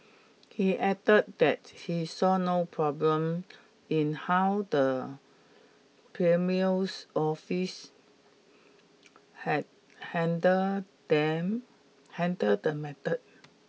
he added that he saw no problem in how the office had handled them handled the matter